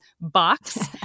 box